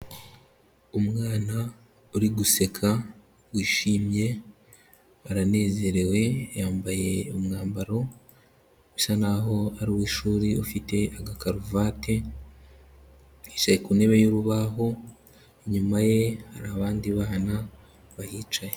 Umwana uri guseka wishimye aranezerewe yambaye umwambaro usa n'aho ari uw'ishuri ufite agakaruvate, yicaye ku ntebe y'urubaho, inyuma ye hari abandi bana bahicaye.